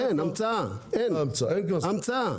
אין, המצאה אין, המצאה.